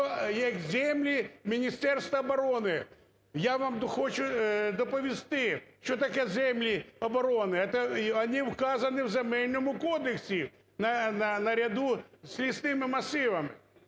про землі Міністерства оборони. Я вам хочу доповісти, що таке землі оборони. Вони вказані в Земельному кодексі наряду з лісовими масивами.